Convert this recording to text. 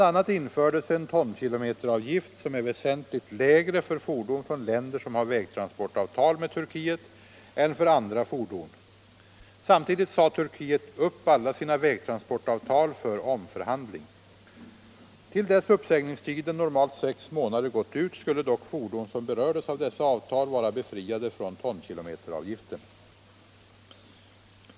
a. infördes en tonkilometeravgift, som är väsentligt lägre för fordon från länder som har vägtransportavtal med Turkiet än för andra fordon. Samtidigt sade Turkiet upp alla sina vägtransportavtal för omförhandling. Till dess uppsägningstiden — normalt sex månader — gått ut skulle dock fordon som berördes av dessa avtal vara befriade från tonkilometeravgiften.